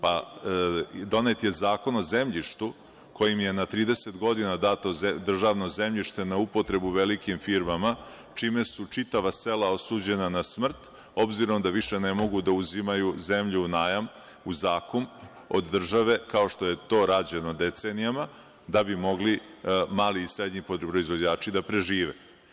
Pa, donet je Zakon o zemljištu kojim je na 30 godina dato državno zemljište na upotrebu velikim firmama, čime su čitava sela osuđena na smrt, obzirom da više ne mogu da uzimaju zemlju u najam, u zakup od države, kao što je to rađeno decenijama, da bi mogli mali i srednji proizvođači da prežive.